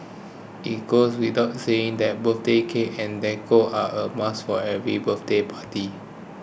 it goes without saying that birthday cakes and decor are a must for every birthday party